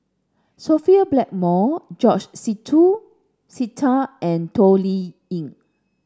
Sophia Blackmore George Sita and Toh Liying